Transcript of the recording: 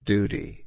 Duty